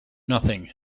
nothing